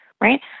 right